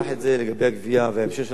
לגבי הגבייה וההמשך של הגבייה,